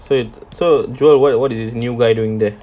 so so what is the new guy doing there